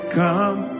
come